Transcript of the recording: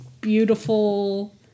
beautiful